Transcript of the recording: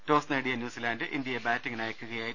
toss നേടിയ ന്യൂസിലാൻറ് Zealand ബാറ്റിംഗിന് അയയ്ക്കുകയായിരുന്നു